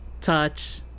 touch